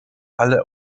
ale